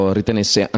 ritenesse